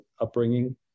upbringing